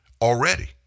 already